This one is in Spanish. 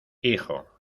hijo